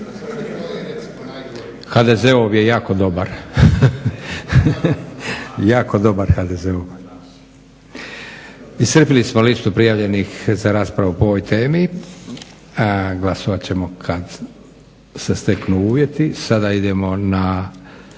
HDZ-ov je jako dobar. Jako dobar HDZ-ov. Iscrpili smo listu prijavljenih za raspravu po ovoj temi. Glasovat ćemo kad se steknu uvjeti. **Leko,